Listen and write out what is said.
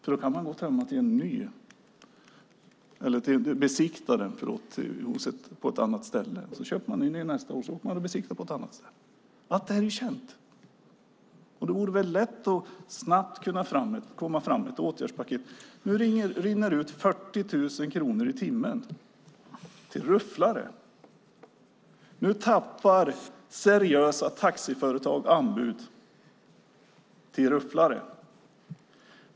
På så sätt kan man besikta dem på ett annat ställe. Sedan köper man en ny nästa år igen och åker och besiktar på ytterligare ett annat ställe. Allt detta är känt, och då vore det väl lätt att snabbt komma med ett åtgärdspaket. Nu rinner det ut 40 000 kronor i timmen till rufflare. Nu förlorar seriösa taxiföretag anbud till rufflare.